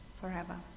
forever